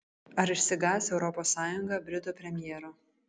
ar išsigąs europos sąjunga britų premjero